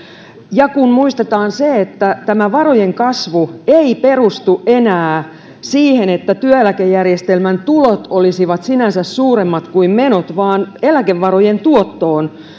ja kun muistetaan se että varojen kasvu ei perustu enää siihen että työeläkejärjestelmän tulot olisivat sinänsä suuremmat kuin menot vaan eläkevarojen tuottoon